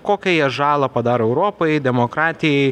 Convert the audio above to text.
kokią jie žalą padaro europai demokratijai